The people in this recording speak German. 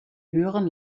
höheren